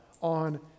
on